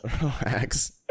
relax